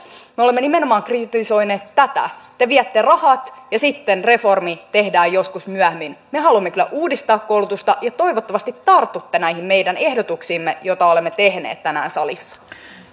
me olemme nimenomaan kritisoineet tätä te viette rahat ja sitten reformi tehdään joskus myöhemmin me haluamme kyllä uudistaa koulutusta ja toivottavasti tartutte näihin meidän ehdotuksiimme joita olemme tehneet tänään salissa